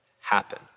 happen